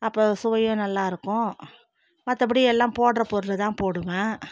அப்போ அது சுவையும் நல்லாயிருக்கும் மற்றபடி எல்லாம் போடுகிற பொருள்தான் போடுவேன்